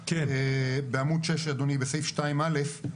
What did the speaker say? שאם בסוף הדיונים פה,